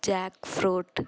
jackfruit